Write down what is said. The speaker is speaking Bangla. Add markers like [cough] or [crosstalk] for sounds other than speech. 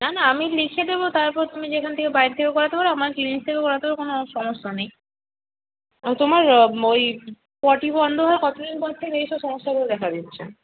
না না আমি লিখে দেবো তারপর তুমি যেখান থেকে বাইরে থেকেও করাতে পারো আমার ক্লিনিক থেকেও করাতে পার কোনো [unintelligible] সমস্যা নেই ও তোমার ওই পটি বন্ধ হওয়ার কতো দিন পরে থেকে এই সব সমস্যাগুলো দেখা দিচ্ছে